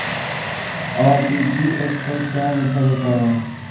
RTGS का क्या मतलब होता है?